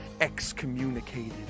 excommunicated